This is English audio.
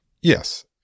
Yes